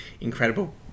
incredible